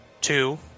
two